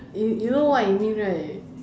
you you know what I mean right